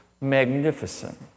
magnificent